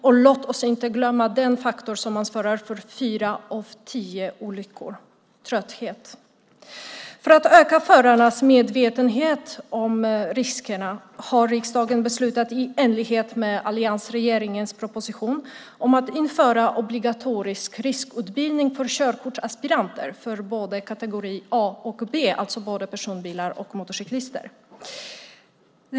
Och låt oss inte glömma den faktor som orsakar fyra av tio olyckor, nämligen trötthet. För att öka förarnas medvetenhet om riskerna har riksdagen beslutat i enlighet med alliansregeringens proposition om att införa obligatorisk riskutbildning för körkortsaspiranter för både kategori A och B, alltså för både personbilar och motorcyklar.